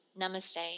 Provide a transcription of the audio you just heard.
Namaste